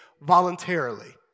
voluntarily